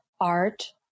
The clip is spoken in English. art